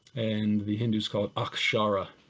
and the hindus call it akshara,